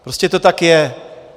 Prostě to tak je.